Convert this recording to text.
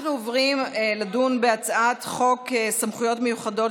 אנחנו עוברים לדון בהצעת חוק סמכויות מיוחדות